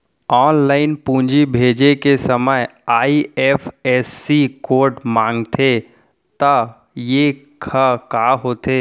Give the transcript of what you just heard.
Online पूंजी भेजे के समय आई.एफ.एस.सी कोड माँगथे त ये ह का होथे?